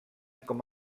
com